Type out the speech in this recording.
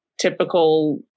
typical